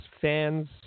fans